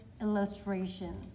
illustration